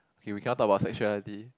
K we cannot talk about sexuality